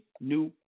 new